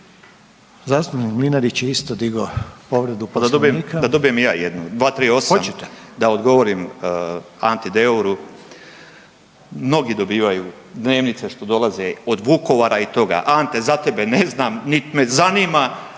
Zastupnik Mlinarić je digao povredu Poslovniku.